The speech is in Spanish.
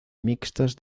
mixtas